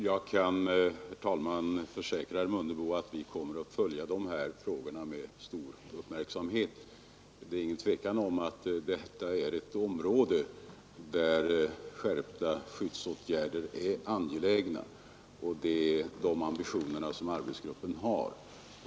Herr talman! Jag kan försäkra herr Mundebo att vi kommer att följa dessa frågor med stor uppmärksamhet. Det råder ingen tvekan om att detta är ett område, där skärpta skyddsåtgärder är angelägna, och arbetsgruppen har ambitionen att se till att sådana kommer.